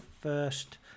first